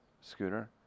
scooter